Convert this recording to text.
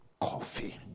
coffee